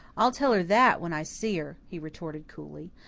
i'll tell her that when i see her, he retorted coolly.